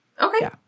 Okay